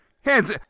Hands